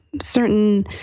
certain